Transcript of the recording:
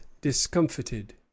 discomfited